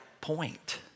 point